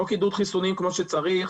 חוק עידוד חיסונים כמו שצריך,